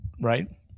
right